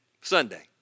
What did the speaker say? Sunday